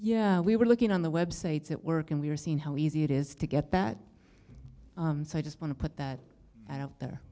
yeah we were looking on the websites at work and we're seeing how easy it is to get that so i just want to put that out there